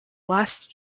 last